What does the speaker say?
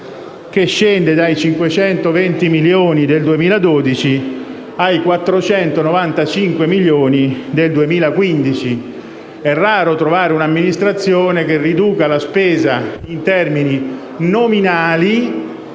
che scende dai 520 milioni del 2012 ai 495 milioni del 2015. È raro trovare una amministrazione che riduca la spesa in termini nominali